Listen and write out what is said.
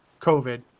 COVID